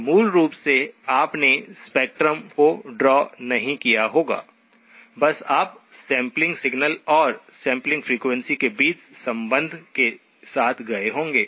तो मूल रूप से आपने स्पेक्ट्रम को ड्रा नहीं किया होगा आप बस सैंपलिंग सिग्नल और सैंपलिंग फ्रीक्वेंसी के बीच संबंध के साथ गए होंगे